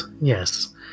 Yes